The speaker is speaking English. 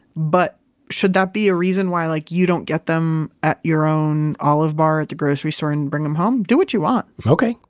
but should that be a reason why like you don't get them at your own olive bar at the grocery store and bring them home? do what you want okay,